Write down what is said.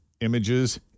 images